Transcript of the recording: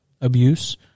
abuse